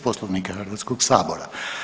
Poslovnika Hrvatskoga sabora.